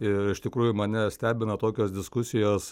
ir iš tikrųjų mane stebina tokios diskusijos